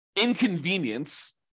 inconvenience